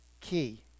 key